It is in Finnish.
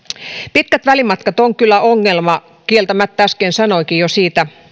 pitkät välimatkat ovat kyllä ongelma kieltämättä äsken sanoinkin jo siitä